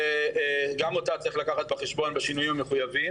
וגם אותה צריך לקחת בחשבון בשינויים המחויבים.